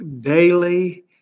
daily